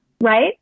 Right